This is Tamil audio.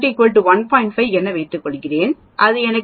5 ஐ எடுத்துக்கொள்கிறேன் அது 0